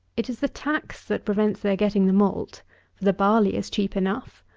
it is the tax that prevents their getting the malt for, the barley is cheap enough.